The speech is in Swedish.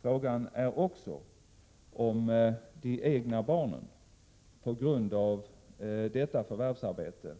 Frågan är också om de egna barnen på grund av detta förvärvsarbete